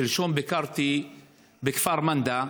שלשום ביקרתי בכפר מנדא.